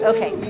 Okay